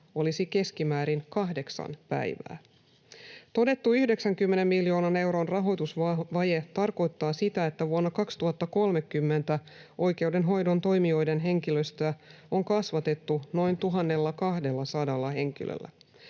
olisi keskimäärin 8 päivää. Todettu 90 miljoonan euron rahoitusvaje tarkoittaa sitä, että vuonna 2030 oikeudenhoidon toimijoiden henkilöstöä on kasvatettu noin 1 200 henkilöllä.